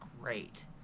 great